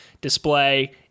display